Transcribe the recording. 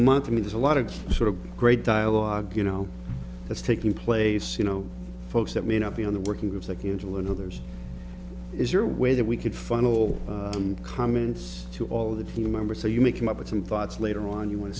month i mean there's a lot of sort of great dialogue you know that's taking place you know folks that may not be on the working groups like usual and others is your way that we could funnel comments to all the team members so you may come up with some thoughts later on you want to